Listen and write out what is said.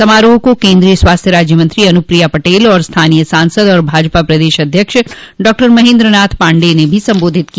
समारोह को केन्द्रीय स्वास्थ्य राज्य मंत्री अनुप्रिया पटेल और स्थानीय सांसद व भाजपा प्रदेश अध्यक्ष डॉक्टर महेन्द्रनाथ पाण्डेय ने भी संबोधित किया